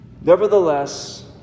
Nevertheless